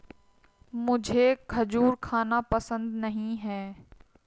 मुझें खजूर खाना पसंद नहीं है